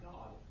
God